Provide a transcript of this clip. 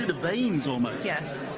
veins almost yes.